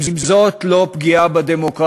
אם זאת לא פגיעה בדמוקרטיה,